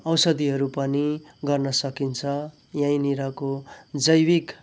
औषधिहरू पनि गर्न सकिन्छ यहीँनिर को जैविक